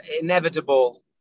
inevitable